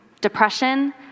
depression